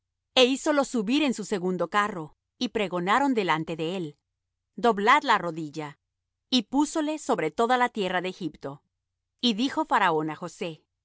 e hízolo subir en su segundo carro y pregonaron delante de él doblad la rodilla y púsole sobre toda la tierra de egipto y dijo faraón á josé yo